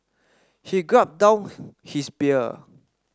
he gulped down his beer